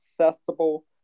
accessible